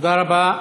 תודה רבה.